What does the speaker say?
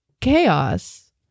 chaos